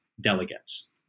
delegates